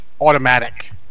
automatic